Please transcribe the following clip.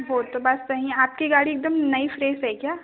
वह तो बात सही आपकी गाड़ी एकदम नई फ्रेश है क्या